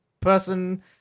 person